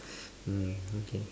mm okay